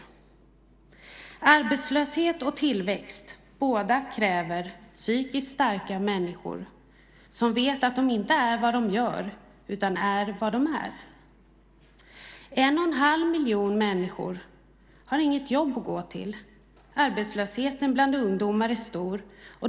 Både arbetslöshet och tillväxt kräver psykiskt starka människor som vet att de inte är vad de gör utan är vad de är. 1 1⁄2 miljon människor har inget jobb att gå till. Arbetslösheten bland ungdomar är stor.